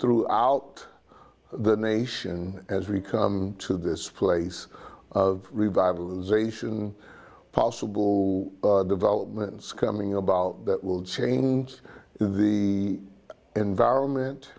throughout the nation as we come to this place of revival and zation possible developments coming about that will change in the environment